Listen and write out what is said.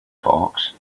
box